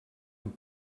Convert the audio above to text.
amb